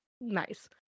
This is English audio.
nice